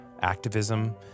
activism